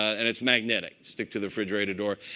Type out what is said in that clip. and it's magnetic, stick to the refrigerator door.